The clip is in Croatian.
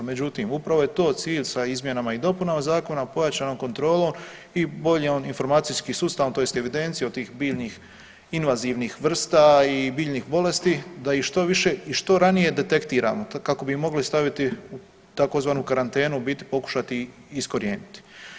Međutim, upravo je to cilj sa izmjenama i dopunama zakona pojačanom kontrolom i boljim informacijskim sustavom, tj. evidencije od tih biljnih invazivnih vrsta i biljnih bolesti, da ih što više i što ranije detektiramo kako bi mogli staviti u tzv. karantenu, u biti pokušati iskorijeniti.